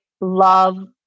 love